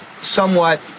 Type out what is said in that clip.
somewhat